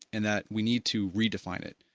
and that we need to redefine it.